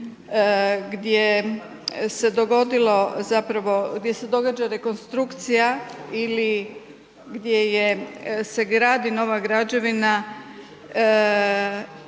gdje se dogodilo zapravo, gdje se događa rekonstrukcija ili gdje se gradi nova građevina